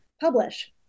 publish